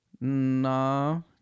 No